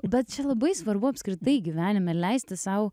bet čia labai svarbu apskritai gyvenime leisti sau